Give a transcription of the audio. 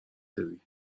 داری